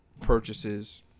purchases